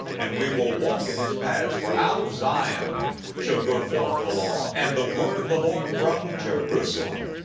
and we will walk in his paths for out of zion shall go forth the law, and the word of the lord from jerusalem.